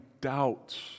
doubts